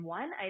one